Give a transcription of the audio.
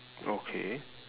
okay